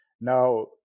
Now